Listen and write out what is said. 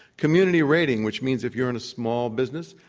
community rating, which means if you're in a small business,